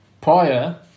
prior